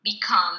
become